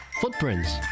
Footprints